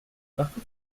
marcof